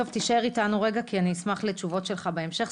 תישאר איתנו כי אני אשמח לתשובות שלך בהמשך.